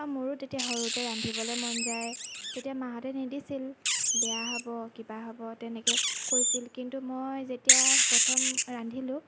আৰু মোৰো তেতিয়া সৰুতে ৰান্ধিবলৈ মন যায় তেতিয়া মাহঁতে নিদিছিল বেয়া হ'ব কিবা হ'ব তেনেকৈ কৈছিল কিন্তু মই যেতিয়া প্ৰথম ৰান্ধিলোঁ